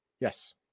Yes